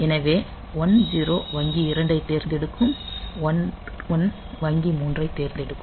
எனவே 10 வங்கி 2 ஐத் தேர்ந்தெடுக்கும் 11 வங்கி 3 ஐத் தேர்ந்தெடுக்கும்